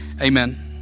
amen